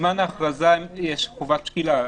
שבזמן ההכרזה יש חובת שקילה.